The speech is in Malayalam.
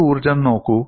ഈ ഊർജ്ജം നോക്കൂ